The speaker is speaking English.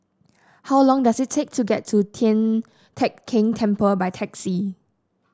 how long does it take to get to Tian Teck Keng Temple by taxi